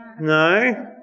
No